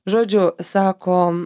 žodžiu sako